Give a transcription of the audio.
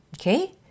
Okay